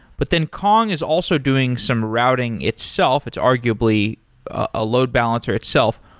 but then kong is also doing some routing itself. it's arguably a load balancer itself.